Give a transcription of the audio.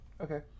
Okay